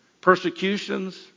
persecutions